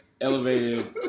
elevated